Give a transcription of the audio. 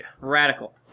Radical